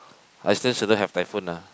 Iceland shouldn't have typhoon ah